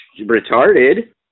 retarded